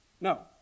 No